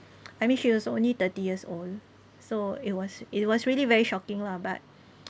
I mean she was only thirty years old so it was it was really very shocking lah but